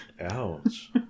Ouch